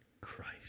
Christ